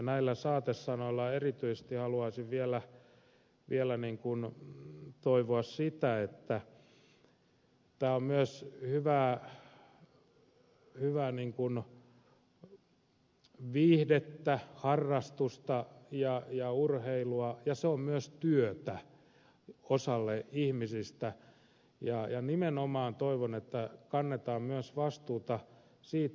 näillä saatesanoilla erityisesti haluaisin vielä toivoa nimenomaan sitä että kun tämä on paitsi hyvää viihdettä harrastusta ja urheilua se on myös työtä osalle ihmisistä niin kannetaan myös vastuuta siitä